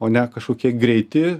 o ne kažkokie greiti